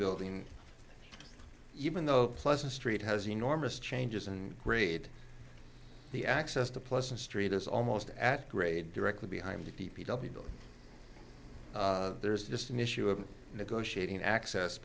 building even though pleasant street has enormous changes and grade the access to pleasant street is almost at grade directly behind d p w building there is just an issue of negotiating access